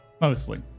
Mostly